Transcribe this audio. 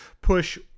push